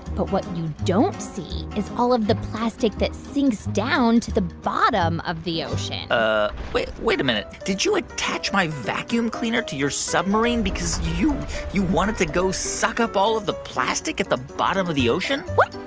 but what you don't see is all of the plastic that sinks down to the bottom of the ocean ah wait. wait a minute. did you attach my vacuum cleaner to your submarine because you you wanted to go suck up all of the plastic at the bottom of the ocean? what?